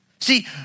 See